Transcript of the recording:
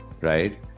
right